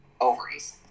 ovaries